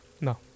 No